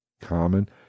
common